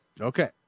Okay